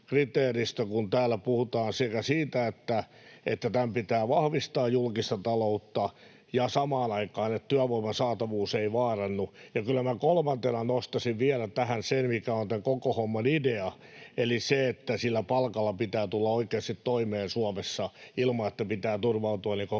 kun täällä puhutaan siitä, että tämän pitää vahvistaa julkista taloutta, ja samaan aikaan siitä, että työvoiman saatavuus ei vaarannu, ja kyllä minä kolmantena nostaisin tähän vielä sen, mikä on tämän koko homman idea, eli se, että sillä palkalla pitää tulla oikeasti toimeen Suomessa, ilman että pitää turvautua toistuvasti